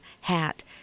hat